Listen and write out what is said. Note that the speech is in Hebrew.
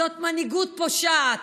זאת מנהיגות פושעת.